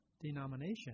denomination